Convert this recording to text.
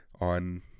on